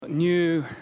New